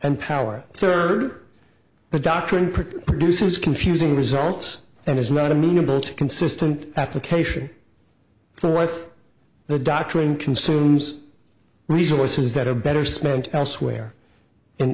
and power third the doctrine produces confusing results and is not amenable to consistent application for life the doctrine consumes resources that are better spent elsewhere in